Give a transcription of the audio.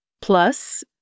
Plus